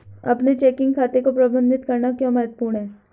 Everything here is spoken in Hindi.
अपने चेकिंग खाते को प्रबंधित करना क्यों महत्वपूर्ण है?